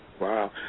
Wow